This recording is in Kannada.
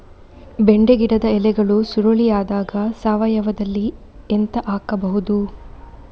ಬೆಂಡೆ ಗಿಡದ ಎಲೆಗಳು ಸುರುಳಿ ಆದಾಗ ಸಾವಯವದಲ್ಲಿ ಎಂತ ಹಾಕಬಹುದು?